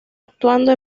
actuando